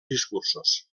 discursos